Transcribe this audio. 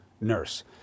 nurse